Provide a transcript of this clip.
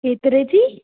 केतिरे जी